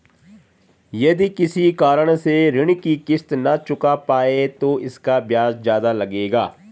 यदि किसी कारण से ऋण की किश्त न चुका पाये तो इसका ब्याज ज़्यादा लगेगा?